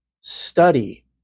study